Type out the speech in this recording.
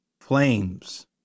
flames